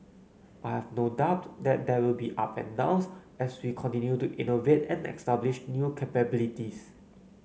I have no doubt that there will be up and downs as we continue to innovate and establish new capabilities